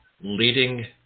Leading